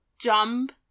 jump